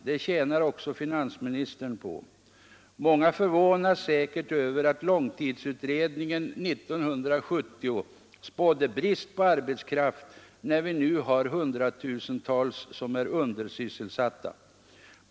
Det tjänar också finansministern på. Många förvånas säkert över att långtidsutredningen 1970 spådde brist på arbetskraft när vi nu har hundratusentals människor som är undersysselsatta.